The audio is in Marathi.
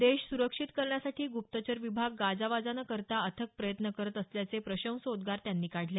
देश सुरक्षित करण्यासाठी गुप्तचर विभाग गाजावाजा न करता अथक प्रयत्न करत असल्याचे प्रशंसोद्गार त्यांनी काढले